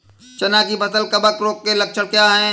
चना की फसल कवक रोग के लक्षण क्या है?